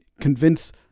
convince